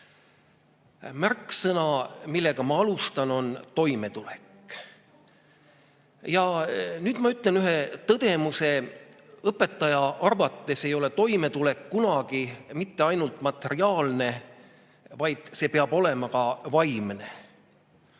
tüüpiline. Märksõna, millega ma alustan, on toimetulek. Ja nüüd ma ütlen ühe tõdemuse: õpetaja arvates ei ole toimetulek kunagi mitte ainult materiaalne, vaid see peab olema ka vaimne.